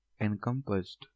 encompassed